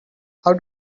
how